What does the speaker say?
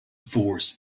force